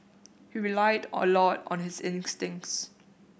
he relied a lot on his instincts